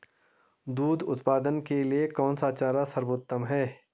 दूध उत्पादन के लिए कौन सा चारा सर्वोत्तम है?